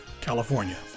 California